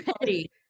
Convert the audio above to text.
ready